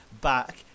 back